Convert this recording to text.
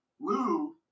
Lou